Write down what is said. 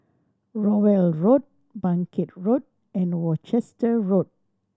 Rowell Road Bangkit Road and Worcester Road